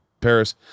Paris